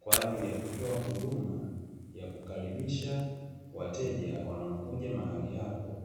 kwa ajili ya kutoa huduma ya kukaribisha wateja wanao kuja mahali hapo.